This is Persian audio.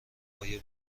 آیا